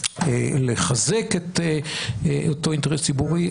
לחזק את אותו אינטרס ציבורי,